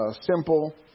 simple